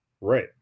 Right